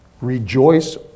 Rejoice